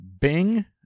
Bing